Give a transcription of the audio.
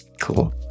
Cool